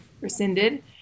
rescinded